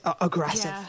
aggressive